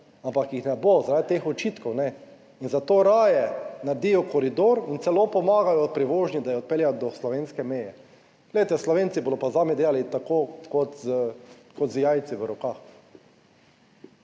ampak jih ne bo, zaradi teh očitkov ne in zato raje naredijo koridor in celo pomagajo pri vožnji, da jo odpeljejo do slovenske meje. Glejte, Slovenci bodo pa mi delali tako kot z jajci v rokah